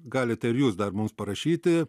galite ir jūs dar mums parašyti